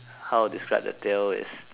how to describe the tail is